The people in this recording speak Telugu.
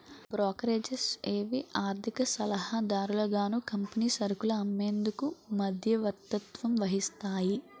బ్రోకరేజెస్ ఏవి ఆర్థిక సలహాదారులుగాను కంపెనీ సరుకులు అమ్మేందుకు మధ్యవర్తత్వం వహిస్తాయి